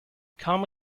come